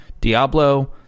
Diablo